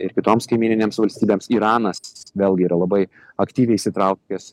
ir kitoms kaimyninėms valstybėms iranas vėlgi yra labai aktyviai įsitraukęs